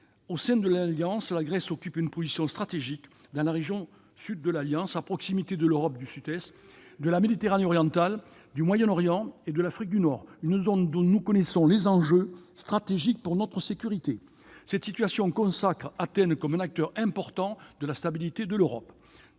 Au sein de l'alliance, la Grèce occupe une position stratégique dans la région Sud, à proximité de l'Europe du Sud-Est, de la Méditerranée orientale, du Moyen-Orient et de l'Afrique du Nord, une zone dont nous connaissons les enjeux stratégiques pour notre sécurité. Cette situation consacre Athènes comme un acteur important de la stabilité de l'Europe.